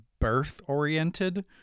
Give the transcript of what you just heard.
birth-oriented